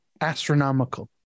astronomical